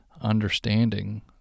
understanding